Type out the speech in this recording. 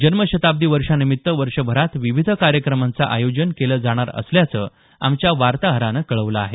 जन्मशताब्दी वर्षानिमित्त वर्षभरात विविध कार्यक्रमांचं आयोजन केलं जाणार असल्याचं आमच्या वार्ताहरानं कळवलं आहे